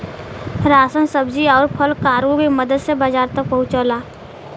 ration सब्जी आउर फल कार्गो के मदद से बाजार तक पहुंचला